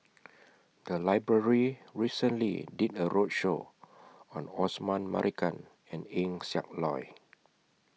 The Library recently did A roadshow on Osman Merican and Eng Siak Loy